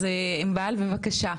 עינבל, בבקשה.